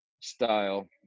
style